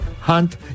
hunt